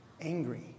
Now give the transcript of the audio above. angry